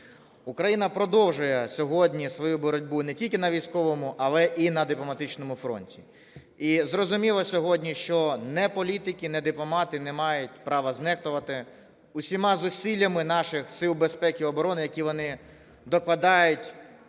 Україна продовжує сьогодні свою боротьбу не тільки на військовому, але і на дипломатичному фронті. І зрозуміло сьогодні, що ні політики, ні дипломати не мають права знехтувати усіма зусиллями наших сил безпеки і оборони,